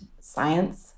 science